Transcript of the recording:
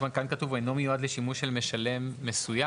כאן כתוב: "אינו מיועד לשימוש של משלם מסוים".